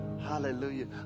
Hallelujah